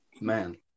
Man